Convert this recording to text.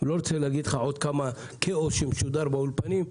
אני לא רוצה להגיד עוד כמה כאוס ששודר באולפנים,